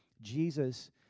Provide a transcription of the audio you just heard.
Jesus